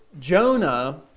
Jonah